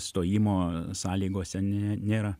stojimo sąlygose nė nėra